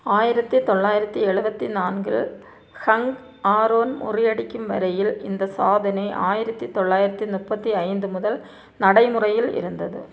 ஆயிரத்தி தொள்ளாயிரத்தி எழுவத்தி நான்கில் ஹங்க் ஆரோன் முறியடிக்கும் வரையில் இந்த சாதனை ஆயிரத்தி தொள்ளாயிரத்தி முப்பத்தி ஐந்து முதல் நடைமுறையில் இருந்தது